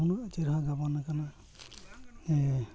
ᱱᱩᱱᱟᱹᱜ ᱪᱮᱦᱨᱟ ᱜᱟᱵᱟᱱ ᱟᱠᱟᱱᱟ ᱡᱮ